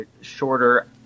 shorter